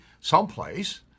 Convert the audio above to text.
someplace